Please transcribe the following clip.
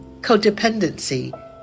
codependency